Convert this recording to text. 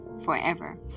forever